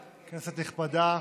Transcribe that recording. כנסת נכבדה,